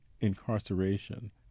incarceration